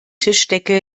tischdecke